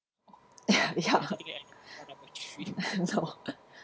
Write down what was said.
yeah no